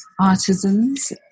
artisans